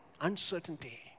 uncertainty